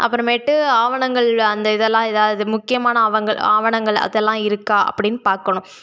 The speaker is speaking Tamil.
அப்புறமேட்டு ஆவணங்கள் அந்த இதெல்லாம் ஏதாது முக்கியமான ஆவணங்கள் ஆவணங்கள் அதெல்லாம் இருக்கா அப்பிடின்னு பார்க்கணும்